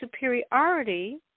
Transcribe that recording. superiority